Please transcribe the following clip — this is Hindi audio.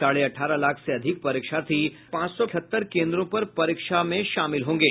साढ़े अठारह लाख से अधिक परीक्षार्थी पांच सौ इकहत्तर केन्द्रों पर परीक्षा देंगे